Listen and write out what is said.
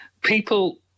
People